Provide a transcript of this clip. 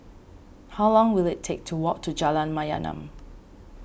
how long will it take to walk to Jalan Mayaanam